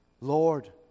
Lord